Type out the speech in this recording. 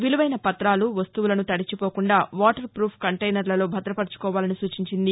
విలువైన పతాలు వస్తువులను తడిచిపోకుండా వాటర్ భూఫ్ కంటైనర్లలో భద్రపరుచుకోవాలని సూచించింది